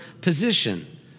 position